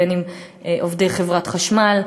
בין אם עובדי חברת חשמל,